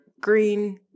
green